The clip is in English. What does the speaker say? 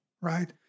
right